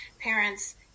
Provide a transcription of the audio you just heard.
parents